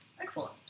Excellent